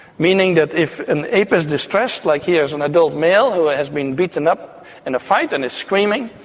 meaning that if an ape is distressed, like, here is an adult male who has been beaten up in a fight and is screaming,